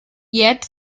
yet